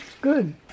Good